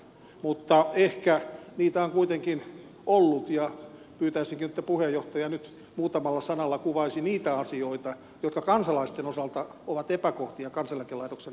mutta ehkä niitä on kuitenkin ollut ja pyytäisinkin että puheenjohtaja nyt muutamalla sanalla kuvaisi niitä asioita jotka kansalaisten osalta ovat epäkohtia kansaneläkelaitoksen toiminnassa